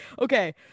Okay